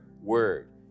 word